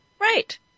Right